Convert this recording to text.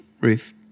Ruth